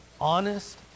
honest